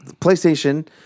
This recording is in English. PlayStation